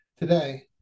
today